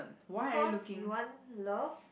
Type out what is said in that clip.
because you want love